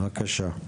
בבקשה.